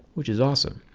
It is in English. which is awesome.